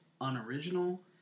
unoriginal